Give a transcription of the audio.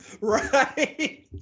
Right